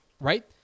right